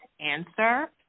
answer